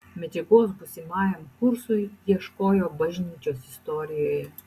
medžiagos būsimajam kursui ieškojo bažnyčios istorijoje